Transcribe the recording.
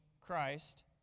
Christ